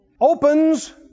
opens